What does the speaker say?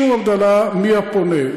שום הבדלה מי הפונה,